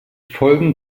folgen